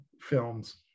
films